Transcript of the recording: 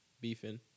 beefing